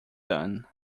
son